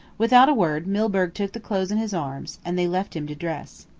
without a word, milburgh took the clothes in his arms, and they left him to dress.